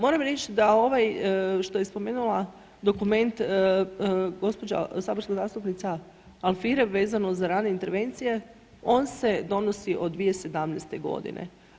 Moram reći da ovaj što je spomenula, dokument gospođa saborska zastupnica Alfirev vezano za rane intervencije, on se donosi od 2017. godine.